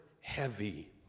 heavy